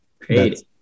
great